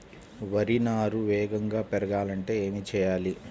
వరి నారు వేగంగా పెరగాలంటే ఏమి చెయ్యాలి?